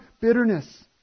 bitterness